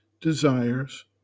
desires